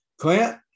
Clint